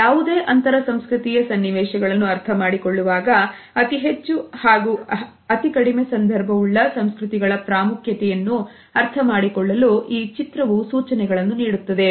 ಯಾವುದೇ ಅಂತರ ಸಂಸ್ಕೃತಿಯ ಸನ್ನಿವೇಶಗಳನ್ನು ಅರ್ಥಮಾಡಿಕೊಳ್ಳುವಾಗ ಅತಿಹೆಚ್ಚು ಹಾಗೂ ಅತಿ ಕಡಿಮೆ ಸಂದರ್ಭ ಉಳ್ಳ ಸಂಸ್ಕೃತಿಗಳ ಪ್ರಾಮುಖ್ಯತೆಯನ್ನು ಅರ್ಥಮಾಡಿಕೊಳ್ಳಲು ಈ ಚಿತ್ರವು ಸೂಚನೆಗಳನ್ನು ನೀಡುತ್ತದೆ